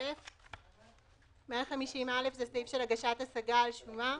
(יב)150(א).; 150(א) זה סעיף של הגשת השגה על שומה.